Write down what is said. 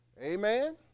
Amen